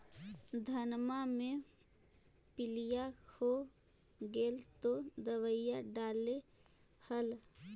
धनमा मे पीलिया हो गेल तो दबैया डालो हल?